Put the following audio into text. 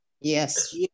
yes